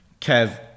Kev